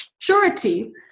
surety